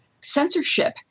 censorship